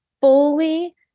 fully